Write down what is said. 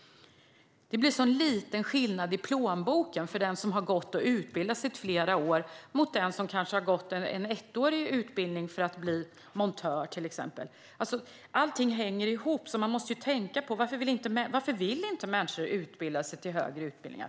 Det blir en sådan liten skillnad i plånboken för den som har utbildat sig i flera år jämfört med den som kanske har gått en ettårig utbildning för att bli montör, till exempel. Allting hänger ihop. Man måste tänka på: Varför vill inte människor genomföra högre utbildningar?